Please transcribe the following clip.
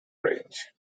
range